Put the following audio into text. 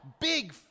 big